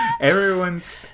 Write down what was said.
everyone's